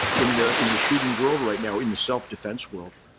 in the in the shooting world right now, in the self-defense world.